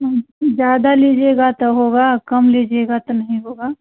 हम्म ज़्यादा लीजिएगा तो होगा कम लीजिएगा तो नहीं होगा